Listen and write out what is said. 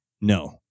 no